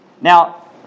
Now